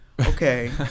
Okay